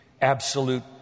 absolute